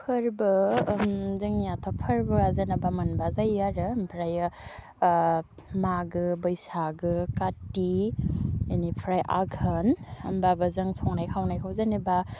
फोरबो जोंनियाथ' फोरबोआ जेनेबा मानबा जायो आरो ओमफ्रायो मागो बैसागो काति बिनिफ्राय आघोन होमबाबो जों संनाय खावनायखौ जेनेबा